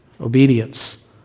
obedience